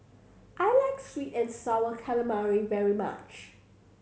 I like sweet and Sour Calamari very much